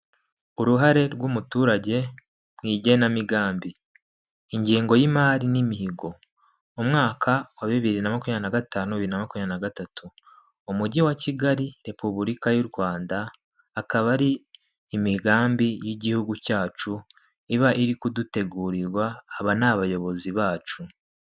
Uruhare rw'umuturage mu igenamigambi, ingengo y'imari n'imihigo mu mwaka wa bibiri na makumyabiri na gatanu bibiri na makubiri na gatatu. Umujyi wa Kigali repubulika y'uRwanda akaba ari imigambi y'igihugu cyacu iba iri kudutegurirwaba aba ni abayobozi bacu.